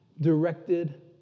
directed